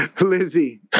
Lizzie